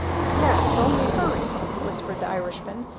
yes, only hurry! whispered the irishman,